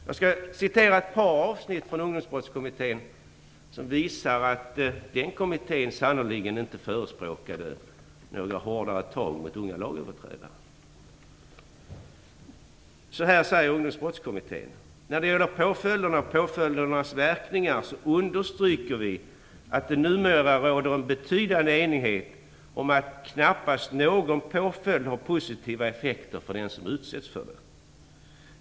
Jag skall citera vad som sägs av Ungdomsbrottskommittén i ett par avsnitt och som visar att den kommittén sannerligen inte förespråkade hårdare tag mot unga lagöverträdare. Så här säger Ungdomsbrottskommittén: "När det gäller påföljderna och påföljdernas verkningar understryker vi att det numera råder en betydande enighet om att knappast någon påföljd har positiva effekter för den som utsätts för den.